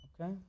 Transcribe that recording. Okay